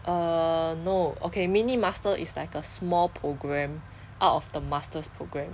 uh no okay mini master is like a small program out of the master's program